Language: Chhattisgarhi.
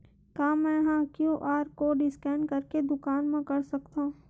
का मैं ह क्यू.आर कोड स्कैन करके दुकान मा कर सकथव?